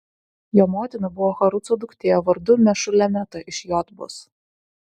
jo motina buvo haruco duktė vardu mešulemeta iš jotbos